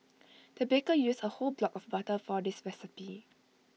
the baker used A whole block of butter for this recipe